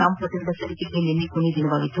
ನಾಮಪತ್ರ ಸಲ್ಲಿಕೆಗೆ ನಿನ್ನೆ ಕೊನೆಯದಿನವಾಗಿತ್ತು